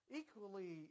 equally